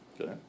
okay